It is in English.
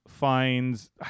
Finds